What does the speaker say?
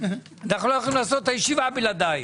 הישיבה בלעדייך.